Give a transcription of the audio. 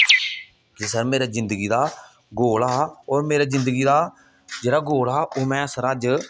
जी sir मेरा जिंगदी दा गोल हा औऱ मेरा जिंगदी दा जेहड़ा गोल हा ओह् में अज्ज